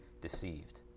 deceived